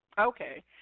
Okay